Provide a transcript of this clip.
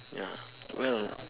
ya well